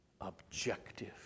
objective